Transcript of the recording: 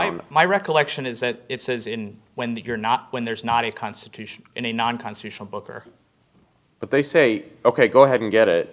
i'm my recollection is that it says in when that you're not when there's not a constitution in a nonconstitutional book or but they say ok go ahead and get it